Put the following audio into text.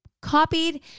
copied